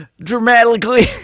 Dramatically